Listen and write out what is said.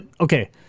Okay